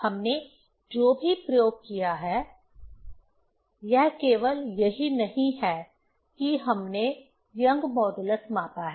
हमने जो भी प्रयोग किया है यह केवल यही नहीं है कि हमने यंग मॉड्यूलस मापा है